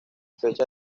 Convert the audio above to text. fecha